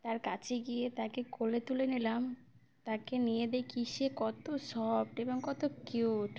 তার কাছে গিয়ে তাকে কোলে তুলে নিলাম তাকে নিয়ে দেখ কি সে কতো সফট এবং কতো কিউট